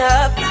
up